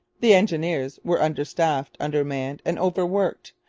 the engineers were under-staffed under-manned, and overworked.